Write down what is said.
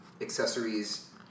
accessories